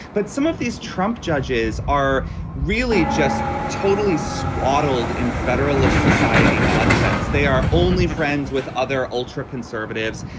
but some of these trump judges are really just totally swaddled in federalist society nonsense. they are only friends with other ultra conservatives.